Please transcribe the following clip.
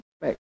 expect